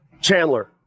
chandler